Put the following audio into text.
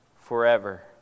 forever